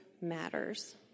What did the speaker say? matters